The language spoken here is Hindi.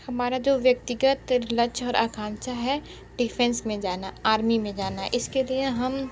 हमारा जो व्यक्तिगत लक्ष्य और आकांक्षा है डिफेंस में जाना आर्मी में जाना इसके लिए हम